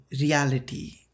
reality